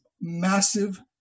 massive